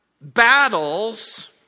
battles